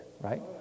right